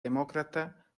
demócrata